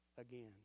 again